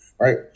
right